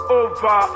over